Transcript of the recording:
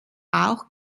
auch